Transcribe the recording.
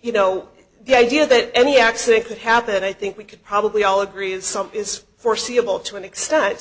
you know the idea that any accident could happen i think we could probably all agree that something is foreseeable to an extent